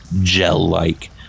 gel-like